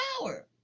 power